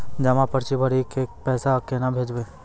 जमा पर्ची भरी के पैसा केना भेजबे?